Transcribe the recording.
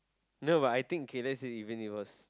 no but I think K let's say even it was